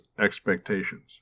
expectations